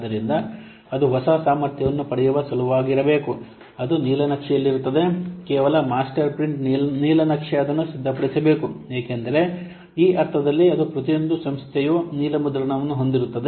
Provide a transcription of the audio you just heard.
ಆದ್ದರಿಂದ ಅದು ಹೊಸ ಸಾಮರ್ಥ್ಯವನ್ನು ಪಡೆಯುವ ಸಲುವಾಗಿರಬೇಕು ಅದು ನೀಲನಕ್ಷೆಯಲ್ಲಿರುತ್ತದೆ ಕೇವಲ ಮಾಸ್ಟರ್ ಪ್ರಿಂಟ್ ನೀಲನಕ್ಷೆ ಅದನ್ನು ಸಿದ್ಧಪಡಿಸಬೇಕು ಏಕೆಂದರೆ ಈ ಅರ್ಥದಲ್ಲಿ ಅದು ಪ್ರತಿಯೊಂದು ಸಂಸ್ಥೆಯು ನೀಲಿ ಮುದ್ರಣವನ್ನು ಹೊಂದಿರುತ್ತದೆ